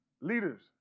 leaders